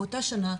באותה שנה,